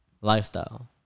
lifestyle